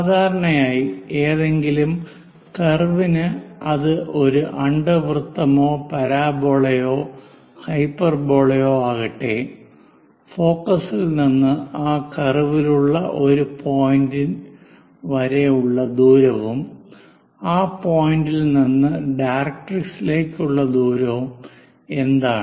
സാധാരണയായി ഏതെങ്കിലും കർവിന് അത് ഒരു അണ്ഡവൃത്തമോ പരാബോളയോ ഹൈപ്പർബോളയോ ആകട്ടെ ഫോക്കസിൽ നിന്ന് ആ കർവിലുള്ള ഒരു പോയിൻറ് വരെ ഉള്ള ദൂരവും ആ പോയിന്റിൽ നിന്ന് ഡയറക്ട്രിക്സിലേക്കുള്ള ദൂരം എന്താണ്